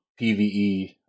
PvE